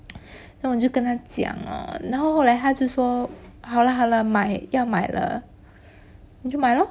then 我就跟他讲了然后后来他就说好啦好啦买要买了 then 就买 lor